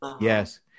Yes